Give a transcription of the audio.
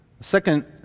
second